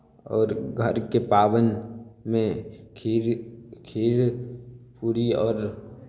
आओर घरके पाबनिमे खीर खीर पूरी आओर